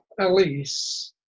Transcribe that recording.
Elise